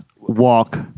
walk